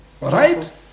Right